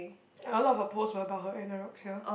a lot of her posts were about her anorexia